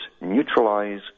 neutralize